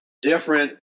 different